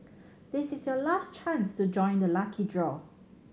this is your last chance to join the lucky draw